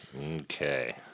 Okay